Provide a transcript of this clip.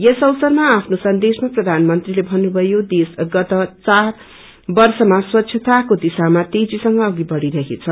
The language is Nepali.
यस अवसरमा आफ्नो सन्देशमा प्रधानमन्त्रीले भन्नुभयो देश गत चार वर्षमा स्वच्छताको दिशामा तेजीसँग अघि बढ़िरहेछ